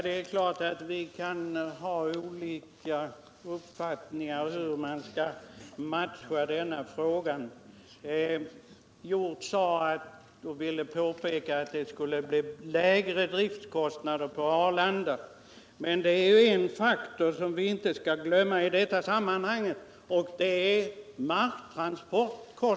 Herr talman! Ja, vi kan ha olika uppfattningar om hur vi skall matcha den här frågan. Nils Hjorth sade att det skulle bli lägre driftkostnader på Arlanda, men där är det ett faktum som vi inte skall glömma, nämligen kostnadsskillnaden när det gäller marktransporter.